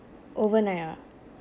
overnight ah